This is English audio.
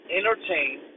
entertain